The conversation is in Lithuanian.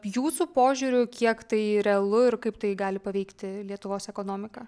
jūsų požiūriu kiek tai realu ir kaip tai gali paveikti lietuvos ekonomiką